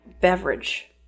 Beverage